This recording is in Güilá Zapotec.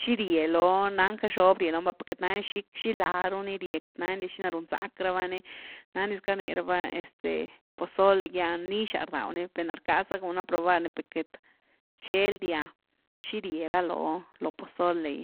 xi rye lony, nancka xob rye lony va per queity nandya xi-xiláh ru ni rye, queity nandya xina run zack raba ni, nandyz cka rniraba este pozole’ gy’a nixaz rdawniper na rckaza guna probar ni per queity rcheldyaxi rie ra lo-loo pozole’gy.